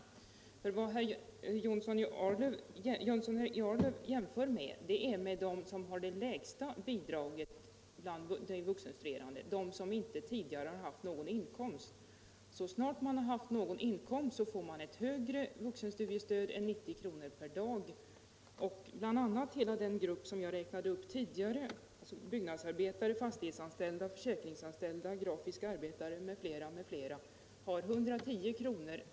Herr Jönsson i Arlöv gör en jämförelse med dem bland de vuxenstuderande som har det lägsta bidraget, dvs. med dem som tidigare inte haft någon inkomst. Så snart man haft någon inkomst får man ett högre vuxenstudiestöd än 90 kr. per dag. Bl. a. alla de grupper som jag tidigare räknade upp — byggnadsarbetare, fastighetsanställda, försäkringsanställda, arbetare inom den grafiska industrin m.fl. — har 110 kr.